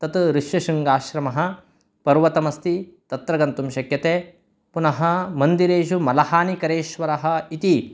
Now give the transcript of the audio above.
तत् ऋष्यशृङ्गाश्रमः पर्वतमस्ति तत्र गन्तुम् शक्यते पुनः मन्दिरेषु मलहानिकरेश्वरः इति